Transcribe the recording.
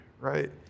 right